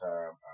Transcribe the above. Time